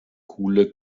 coole